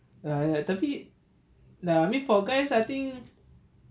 err tapi ya I mean for guys I think